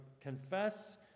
confess